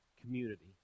community